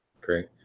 Great